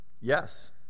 yes